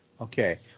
Okay